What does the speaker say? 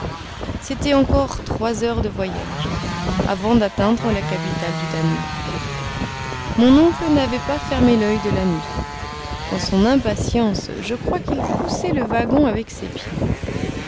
c'était encore trois heures de voyage avant d'atteindre la capitale du danemark mon oncle n'avait pas fermé l'oeil de la nuit dans son impatience je crois qu'il poussait le wagon avec ses pieds